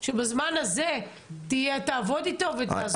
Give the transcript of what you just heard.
שבזמן הזה תעבוד איתו ותעזור להם?